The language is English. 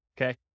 okay